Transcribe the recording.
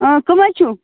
کٕم حَظ چھِو